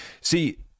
See